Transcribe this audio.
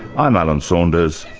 i'm alan saunders,